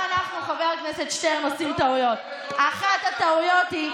אחת הטעויות,